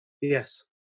Yes